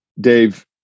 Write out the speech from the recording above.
Dave